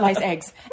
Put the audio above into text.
eggs